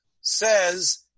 says